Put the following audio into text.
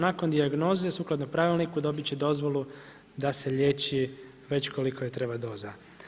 Nakon dijagnoze, sukladno pravilniku dobiti će dozvolu da se liječi već koliko joj treba doza.